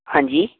ਹਾਂਜੀ